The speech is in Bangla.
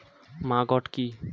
ম্যাগট কি?